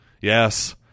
Yes